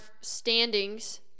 standings